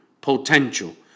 potential